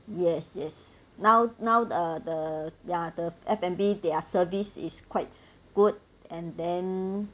yes yes now now the the ya the F&B their service is quite good and then